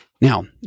Now